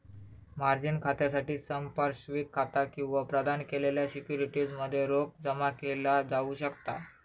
margin खात्यासाठी संपार्श्विक खाता किंवा प्रदान केलेल्या सिक्युरिटीज मध्ये रोख जमा केला जाऊ शकता